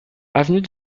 avenue